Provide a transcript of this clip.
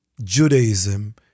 Judaism